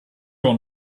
your